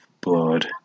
blood